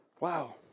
Wow